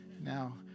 Now